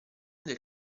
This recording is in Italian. del